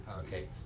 Okay